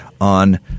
on